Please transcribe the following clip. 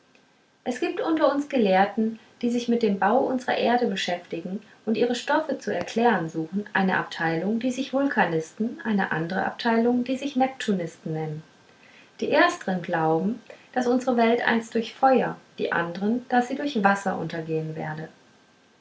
es gibt unter uns gelehrten die sich mit dem bau unsrer erde beschäftigen und ihre stoffe zu erklären suchen eine abteilung die sich vulkanisten eine andre abteilung die sich neptunisten nennen die erstern glauben daß unsre welt einst durch feuer die andern daß sie durch wasser untergehen werde